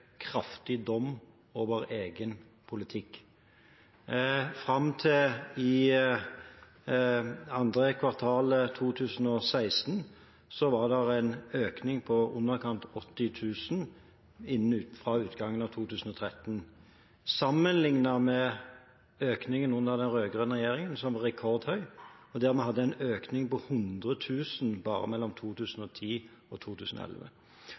kraftig dom over egen politikk. Fram til andre kvartal 2016 var det en økning på i underkant av 80 000 fra utgangen av 2013. Sammenliknet med økningen under den rød-grønne regjeringen, som var rekordhøy, hadde vi en økning på 100 000 bare mellom 2010 og 2011.